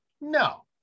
No